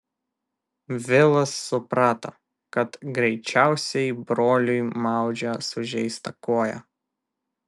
vilas suprato kad greičiausiai broliui maudžia sužeistą koją